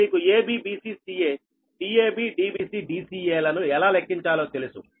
ఇప్పుడు మీకు ab bc ca Dab Dbc Dca లను ఎలా లెక్కించాలో తెలుసు